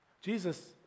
Jesus